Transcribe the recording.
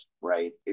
right